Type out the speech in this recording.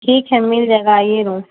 ٹھیک ہے مل جائے گا آئیے روم